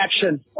action